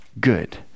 good